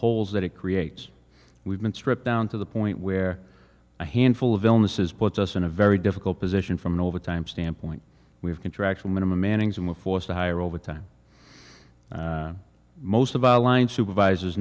holes that it creates we've been stripped down to the point where a handful of illnesses puts us in a very difficult position from an overtime standpoint we have contractual minimum mannings and we're forced to hire overtime most of our line supervisors